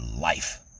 life